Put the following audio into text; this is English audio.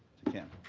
to him.